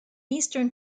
eastern